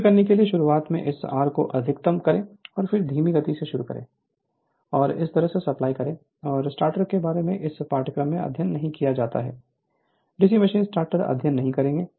शुरू करने के लिए शुरुआत में इस R को अधिकतम करें और फिर धीमी गति से शुरू करें और इस तरह से सप्लाई करें और स्टार्टर के बारे में इस पाठ्यक्रम में अध्ययन नहीं किया जाता है डीसी मशीन स्टार्टर अध्ययन नहीं करेगा